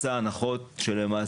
טכני.